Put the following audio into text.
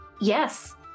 yes